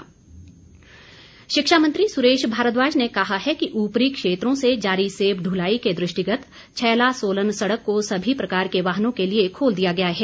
सुरेश भारद्वाज शिक्षा मंत्री सुरेश भारद्वाज ने कहा है कि ऊपरी क्षेत्रों से जारी सेब दृलाई के दृष्टिगत छैला सोलन सड़क को सभी प्रकार के वाहनों के लिए खोल दिया गया है